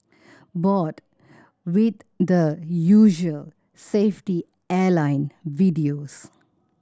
bored with the usual safety airline videos